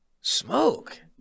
Smoke